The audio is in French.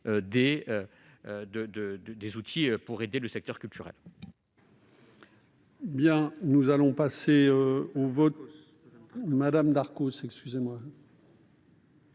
des outils pour aider le secteur culturel.